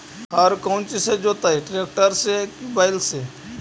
हर कौन चीज से जोतइयै टरेकटर से कि बैल से?